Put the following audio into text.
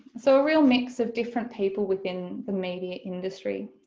so a real mix of different people within the media industry.